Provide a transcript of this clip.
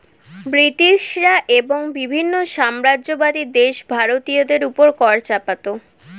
ব্রিটিশরা এবং বিভিন্ন সাম্রাজ্যবাদী দেশ ভারতীয়দের উপর কর চাপাতো